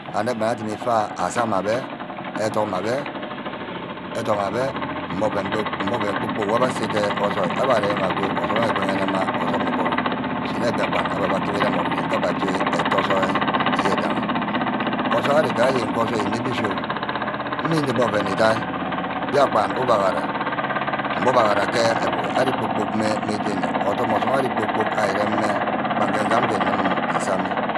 Ane bana adimi ifa asam agbe. eduma agbe ethok abbe mme oven kpor-kpork nwe abbe ase ke ojoí. abbe remi-mma ago. osume ayor evenema osume íburu. shine bíakpan abbe akuˈmeba írem orí-re nga aba aje etho ojoi eye denghi. ojoi gaje nge ojoi inep ashi-oh mme inep oven ídíahe biakpan ugbahara mme ubahara ke euuroh ari kpor-kpork mme jeni. odum osume anim nsame